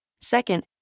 Second